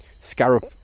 scarab